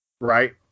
right